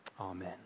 amen